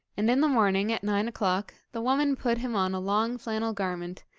and in the morning at nine o'clock the woman put him on a long flannel garment,